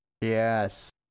yes